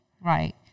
Right